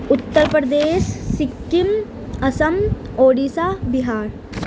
Uttar Pradesh Sikkim Assam Odisha Bihar